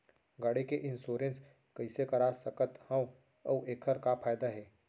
गाड़ी के इन्श्योरेन्स कइसे करा सकत हवं अऊ एखर का फायदा हे?